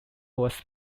was